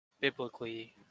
Biblically